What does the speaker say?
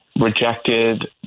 rejected